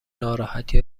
ناراحتی